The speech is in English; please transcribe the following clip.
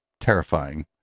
terrifying